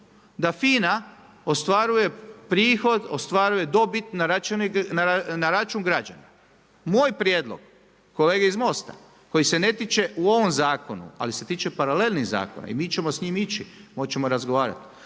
da FINA, ostvaruje prihod, ostvaruje dobit na račun građana. Moj prijedlog kolege iz Mosta koji se ne tiče u ovom zakonu, ali se tiče paralelnih zakona i mi ćemo s njim ići, moći ćemo razgovarati,